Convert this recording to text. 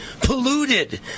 polluted